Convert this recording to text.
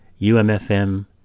UMFM